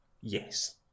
Yes